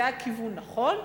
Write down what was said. זה היה כיוון נכון.